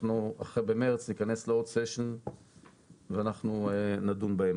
אנחנו במרץ ניכנס לעוד סשן ואנחנו נדון בהם.